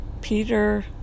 Peter